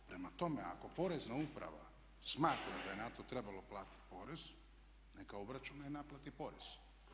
Prema tome, ako Porezna uprava smatra da je na to trebalo platiti porez neka obračuna i naplati porez.